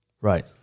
Right